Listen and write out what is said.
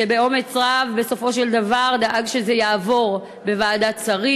שבאומץ רב בסופו של דבר דאג שזה יעבור בוועדת שרים.